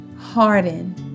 harden